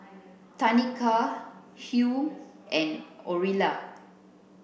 Tanika Hugh and Orilla